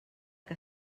que